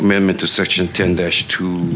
amendment to section tend t